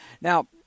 Now